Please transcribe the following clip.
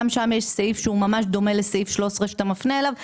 גם שם יש סעיף שהוא ממש דומה לסעיף 13 שאתה מפנה אליו,